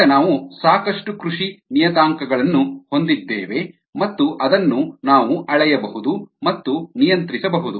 ಈಗ ನಾವು ಸಾಕಷ್ಟು ಕೃಷಿ ನಿಯತಾಂಕಗಳನ್ನು ಹೊಂದಿದ್ದೇವೆ ಮತ್ತು ಅದನ್ನು ನಾವು ಅಳೆಯಬಹುದು ಮತ್ತು ನಿಯಂತ್ರಿಸಬಹುದು